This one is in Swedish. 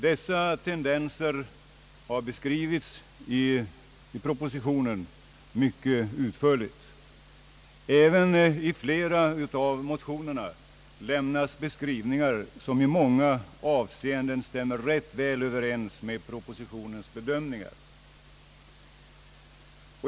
Dessa tendenser har mycket utförligt beskrivits i propositionen. Även i flera av motionerna lämnas beskrivningar, som i många avseenden stämmer väl överens med propositionens bedömningar.